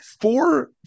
Four